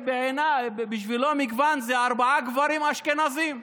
בשבילו מגוון זה ארבעה גברים אשכנזים.